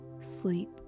Sleep